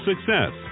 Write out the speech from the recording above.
success